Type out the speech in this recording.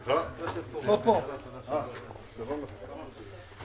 ככל שגם השרים וגם ראש הממשלה יוכלו להתייחס לנושא